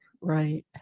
Right